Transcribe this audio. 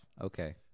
Okay